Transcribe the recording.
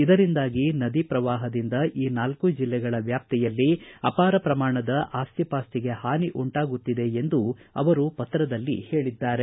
ಇದರಿಂದಾಗಿ ನದಿ ಪ್ರವಾಹದಿಂದ ಈ ನಾಲ್ಕು ಜಿಲ್ಲೆಗಳ ವ್ಯಾಪ್ತಿಯಲ್ಲಿ ಅಪಾರ ಪ್ರಮಾಣದ ಆಸ್ತಿ ಪಾಸ್ತಿಗೆ ಹಾನಿ ಉಂಟಾಗುತ್ತಿದೆ ಎಂದು ಅವರು ಪತ್ರದಲ್ಲಿ ಹೇಳಿದ್ದಾರೆ